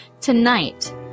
tonight